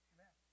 Amen